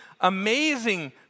amazing